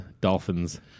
dolphins